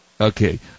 Okay